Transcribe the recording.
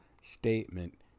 statement